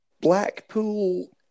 Blackpool